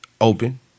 Open